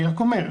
אני רק אומר,